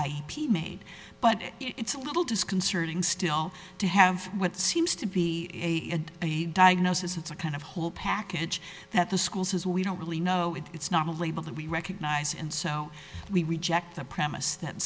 i p made but it's a little disconcerting still to have what seems to be a a diagnosis it's a kind of whole package that the school says we don't really know if it's not a label that we recognize and so we reject the premise that